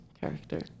character